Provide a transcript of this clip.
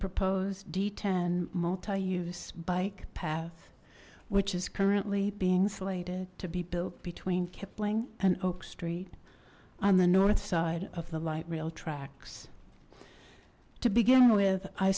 proposed d ten multi use bike path which is currently being slated to be built between kipling and oak street on the north side of the light rail tracks to begin with i